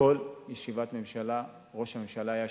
כל ישיבת ממשלה ראש הממשלה היה שואל: